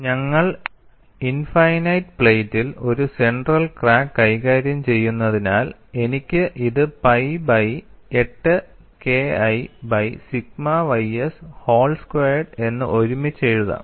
ഞങ്ങൾ ഇൻഫൈനൈറ്റ് പ്ലേറ്റിൽ ഒരു സെന്റർ ക്രാക്ക് കൈകാര്യം ചെയ്യുന്നതിനാൽ എനിക്ക് ഇത് pi by 8 KI by sigma ys whole squared എന്ന് ഒരുമിച്ച് എഴുതാം